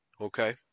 Okay